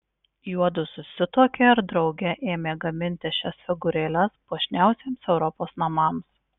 juodu susituokė ir drauge ėmė gaminti šias figūrėles puošniausiems europos namams